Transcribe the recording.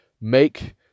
make